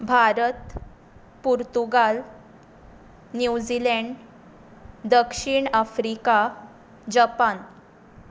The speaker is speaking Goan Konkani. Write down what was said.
भारत पुर्तुगाल न्युजिलँड दक्षिण आफ्रिका जपान